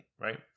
right